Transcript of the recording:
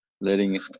letting